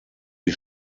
die